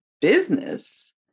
business